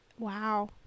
Wow